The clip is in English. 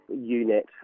unit